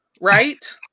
Right